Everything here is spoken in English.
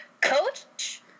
Coach